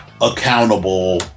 accountable